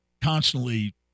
constantly